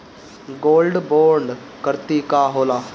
Gold bond करतिं का होला?